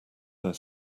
their